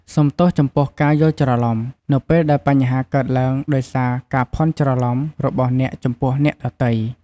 សូមទោសចំពោះការយល់ច្រឡំ នៅពេលដែលបញ្ហាកើតឡើងដោយសារការភាន់ច្រឡំរបស់អ្នកចំពោះអ្នកដទៃ។